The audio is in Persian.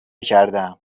کردهام